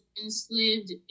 enslaved